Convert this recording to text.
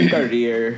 career